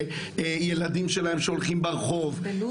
לילדים שלהם שהולכים ברחוב --- בלוד?